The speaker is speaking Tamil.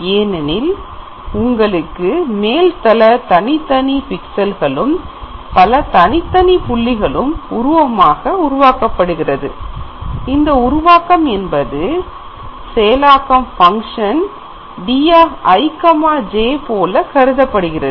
ஏனெனில் உங்களுக்கு மேல்தள தனித்தனி பிக்சல் களும் பல தனித்தனி புள்ளிகளும் உருவமாக உருவாக்கப்படுகிறது இந்த உருவாக்கம் என்பது செயலாக்கம் dij போல கருதப்படுகிறது